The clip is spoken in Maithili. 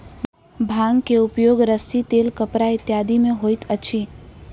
भांग के उपयोग रस्सी तेल कपड़ा इत्यादि में होइत अछि